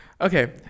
Okay